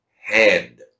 hand